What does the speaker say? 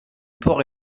porc